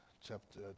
chapter